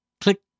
click